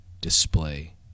display